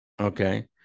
okay